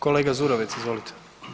Kolega Zurovec, izvolite.